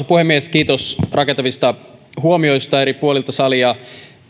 puhemies kiitos rakentavista huomioista eri puolilta salia